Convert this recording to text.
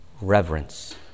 reverence